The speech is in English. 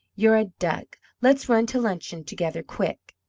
you're a duck! let's run to luncheon together, quick.